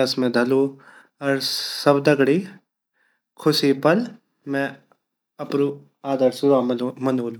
रस्मे धलु अर सब दगडी ख़ुशी पल मा मैं अप्रु आदर्श विवहा मनोलु।